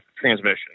transmission